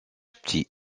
petit